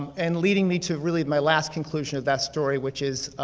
and leading me to really my last conclusion of that story, which is